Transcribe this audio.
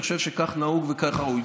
אני חושב שכך נהוג וכך ראוי.